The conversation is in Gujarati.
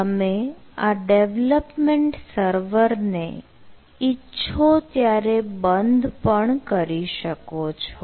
તમે આ ડેવલપમેન્ટ સર્વરને ઈચ્છો ત્યારે બંધ પણ કરી શકો છો